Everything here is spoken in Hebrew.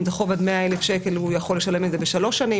אם זה חוב עד 100,000 שקלים הוא יכול לשלם את זה בשלוש שנים,